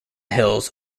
hills